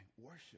Worship